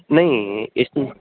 नै ए सि